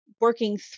working